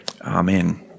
Amen